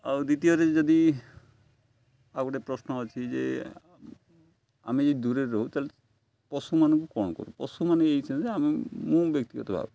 ଆଉ ଦ୍ୱିତୀୟରେ ଯଦି ଆଉ ଗୋଟେ ପ୍ରଶ୍ନ ଅଛି ଯେ ଆମେ ଯଦି ଦୂରରେ ରହୁ ତା'ହେଲେ ପଶୁମାନଙ୍କୁ କ'ଣ କରୁ ପଶୁମାନେ ହେଉଛନ୍ତି ଆମେ ମୁଁ ବ୍ୟକ୍ତିଗତ ଭାବେ